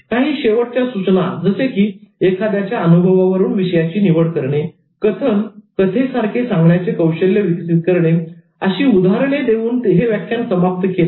काही शेवटच्या सूचना जसे की एखाद्याच्या अनुभवावरून विषयाची निवड करणे कथनकथे सारखे सांगण्याचे कौशल्य विकसित करणे अशी उदाहरणे देऊन हे व्याख्यान समाप्त केले